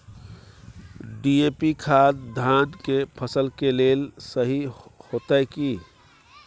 DAP खाद धान के फसल के लेल सही होतय की?